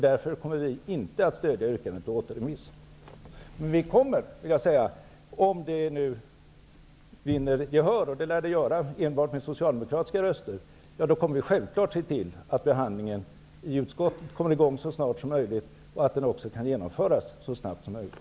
Därför kommer vi inte att stödja yrkandet om återremiss. Men om det vinner gehör -- och det lär det göra enbart med socialdemokratiska röster -- kommer vi självfallet att se till att behandlingen i utskottet kommer i gång och kan genomföras så snart som möjligt.